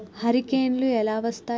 హరికేన్లు ఎలా వస్తాయి?